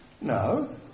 no